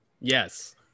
yes